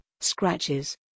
scratches